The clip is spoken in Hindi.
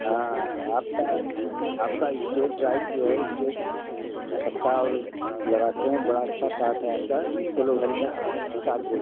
हाँ आपका आपका इस्टेट ड्राइव जो है इस्टेट छक्का और लगाते हैं बड़ा अच्छा साट है आपका जिसको लोग हेलिकॉप्टर साट बोलते हैं